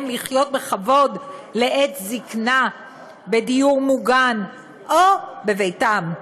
לחיות בכבוד לעת זקנה בדיור מוגן או בביתם.